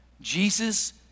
Jesus